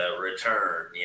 return